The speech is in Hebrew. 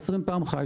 שזה 20 פעמים ח"י,